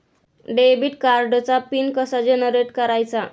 Debit कार्डचा pin कसा generate करायचा?